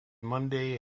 monday